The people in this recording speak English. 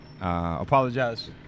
apologize